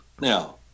Now